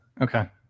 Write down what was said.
okay